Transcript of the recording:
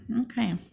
okay